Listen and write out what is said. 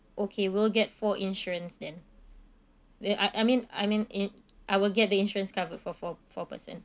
okay we'll get four insurance then the I I mean I mean in~ I will get the insurance covered for four four person